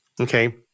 okay